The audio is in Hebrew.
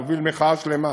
הוביל מחאה שלמה.